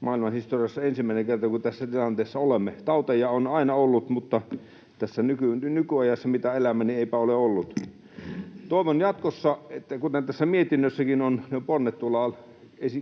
maailmanhistoriassa ensimmäinen kerta, kun tässä tilanteessa olemme. Tauteja on aina ollut, mutta eipä tässä nykyajassa, mitä elämme, ole ollut. Toivon jatkossa, kuten tässä mietinnössäkin ovat nuo ponnet